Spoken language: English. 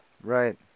Right